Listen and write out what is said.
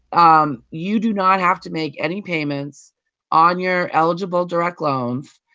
um you do not have to make any payments on your eligible direct loan.